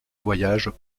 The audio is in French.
voyages